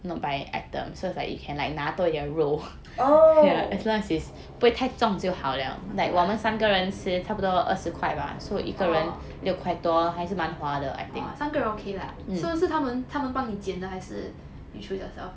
oh yeah oh 三个人 okay lah so 是他们他们帮你捡的还是 you choose yourself